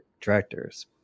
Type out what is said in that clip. Directors